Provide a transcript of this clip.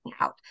out